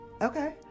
okay